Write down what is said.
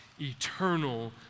eternal